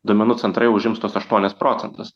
duomenų centrai užims tuos aštuonis procentus